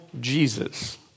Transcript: Jesus